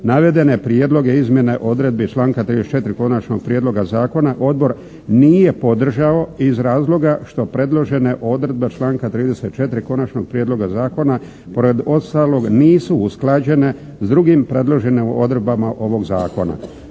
Navedene prijedloge izmjene odredbi članka 34. Konačnog prijedloga zakona odbor nije podržao iz razloga što predložene odredbe članka 34. Konačnog prijedloga zakona pored ostalog nisu usklađene s drugim predloženim odredbama ovog zakona.